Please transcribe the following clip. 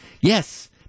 Yes